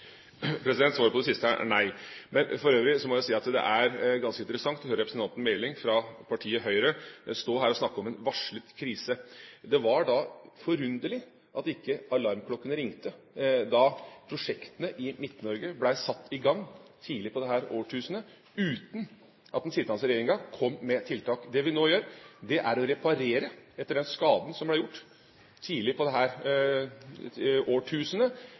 Svaret på det siste er nei. For øvrig må jeg si at det er ganske interessant å høre representanten Meling fra partiet Høyre stå her og snakke om en «varslet krise». Det er forunderlig at ikke alarmklokkene ringte da prosjektene i Midt-Norge ble satt i gang tidlig i dette årtusenet, uten at den sittende regjeringa kom med tiltak. Det vi nå gjør, er å reparere etter den skaden som er gjort tidlig i dette årtusenet, ved at det